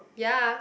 ya